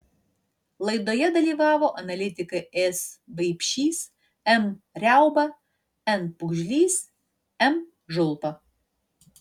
laidoje dalyvavo analitikai s baipšys m riauba n pugžlys m žulpa